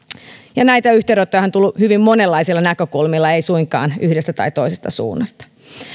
ja näitä yhteydenottojahan on tullut hyvin monenlaisilla näkökulmilla ei suinkaan yhdestä tai toisesta suunnasta